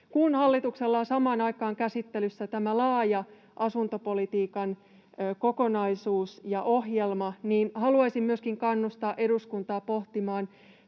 Kun hallituksella on samaan aikaan käsittelyssä laaja asuntopolitiikan kokonaisuus ja ohjelma, niin haluaisin myöskin kannustaa eduskuntaa pohtimaan